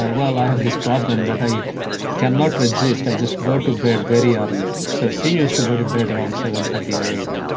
well, i have this problem that i cannot resist, i just go to bed very early. so she used to go to bed around seven thirty or eight